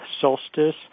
solstice